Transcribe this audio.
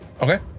Okay